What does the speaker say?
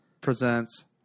presents